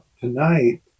tonight